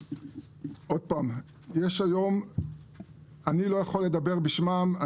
אני לא יכול לדבר בשמם,